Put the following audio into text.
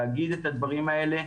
להגיד את הדברים האלה,